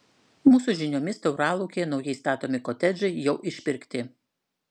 mūsų žiniomis tauralaukyje naujai statomi kotedžai jau išpirkti